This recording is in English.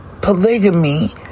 polygamy